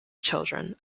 children